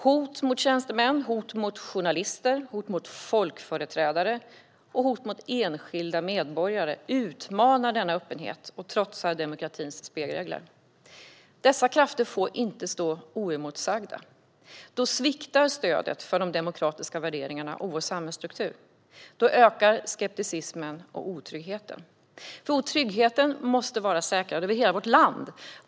Hot mot tjänstemän, hot mot journalister, hot mot folkföreträdare och hot mot enskilda medborgare utmanar denna öppenhet och trotsar demokratins spelregler. Dessa krafter får inte stå oemotsagda. Då sviktar stödet för de demokratiska värderingarna och vår samhällsstruktur, och då ökar skepticismen och otryggheten. Tryggheten måste vara säkrad över hela vårt land.